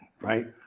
right